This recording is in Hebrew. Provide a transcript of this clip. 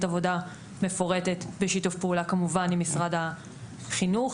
עבודה מפורטת ובשיתוף פעולה עם משרד החינוך.